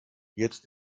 jetzt